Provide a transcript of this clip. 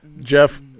Jeff